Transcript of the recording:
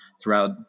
throughout